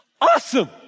awesome